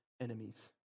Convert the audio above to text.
enemies